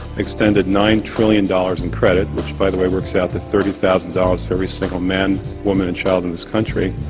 extended nine trillion dollars in credit, which, by the way, works out to thirty thousand dollars to every single man woman and child in this country.